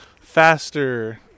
faster